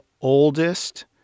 oldest